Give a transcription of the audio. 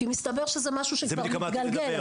כי מסתבר שזה משהו שכבר מתגלגל.